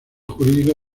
jurídico